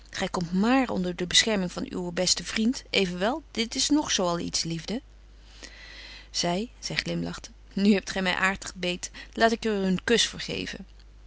gy komt maar onder de bescherming van uwen besten vriend evenwel dit is nog zo al iets liefde zy zy glimlachte nu hebt gy my aartig beet laat ik er u een kusch